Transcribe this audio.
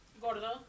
Gordo